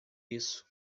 isso